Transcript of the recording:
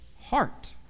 heart